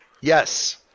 Yes